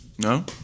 No